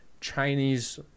chinese